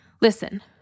Listen